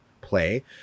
play